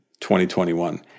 2021